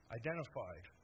identified